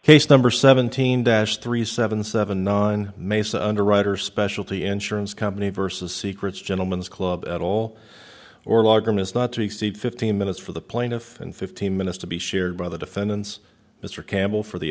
case number seventeen dash three seven seven in mesa underwriters specialty insurance company versus secrets gentlemens club at ole oral arguments not to exceed fifteen minutes for the plaintiff and fifteen minutes to be shared by the defendants mr campbell for the